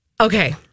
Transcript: Okay